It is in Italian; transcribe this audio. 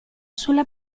sulla